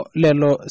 lelo